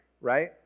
right